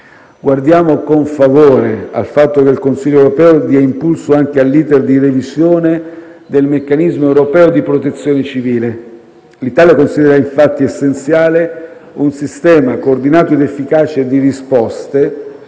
Guardiamo con favore al fatto che il Consiglio europeo dia impulso anche all'*iter* di revisione del meccanismo europeo di protezione civile. L'Italia considera infatti essenziale un sistema coordinato ed efficace di risposte